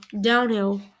downhill